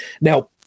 Now